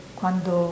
quando